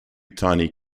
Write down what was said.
tiny